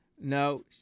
no